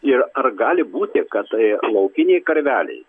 ir ar gali būti kad tie laukiniai karveliai